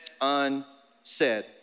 unsaid